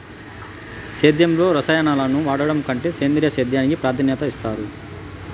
సేద్యంలో రసాయనాలను వాడడం కంటే సేంద్రియ సేద్యానికి ప్రాధాన్యత ఇస్తారు